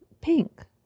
pink